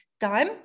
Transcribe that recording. time